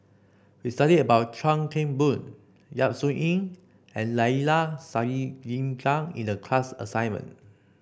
we studied about Chuan Keng Boon Yap Su Yin and Neila Sathyalingam in the class assignment